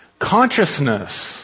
Consciousness